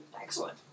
Excellent